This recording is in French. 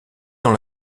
dans